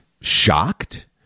shocked